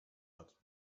hat